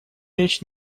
речь